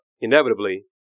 Inevitably